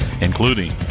including